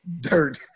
dirt